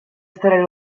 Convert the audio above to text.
stare